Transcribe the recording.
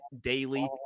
daily